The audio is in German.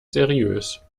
seriös